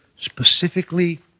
specifically